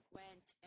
went